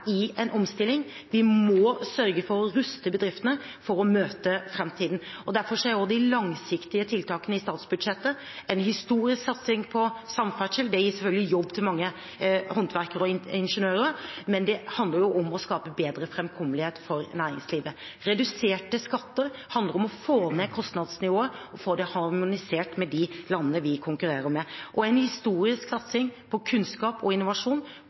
i en omstilling. Vi må sørge for å ruste bedriftene for å møte framtiden. Derfor er også de langsiktige tiltakene i statsbudsjettet en historisk satsing på samferdsel. Det gir selvfølgelig jobb til mange håndverkere og ingeniører, men det handler jo om å skape bedre framkommelighet for næringslivet. Reduserte skatter handler om å få ned kostnadsnivået og få det harmonisert med de landene vi konkurrerer med. Og vi har en historisk satsing på kunnskap og innovasjon